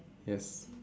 yes